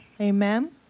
Amen